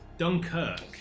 Dunkirk